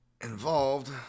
involved